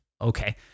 okay